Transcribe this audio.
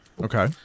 okay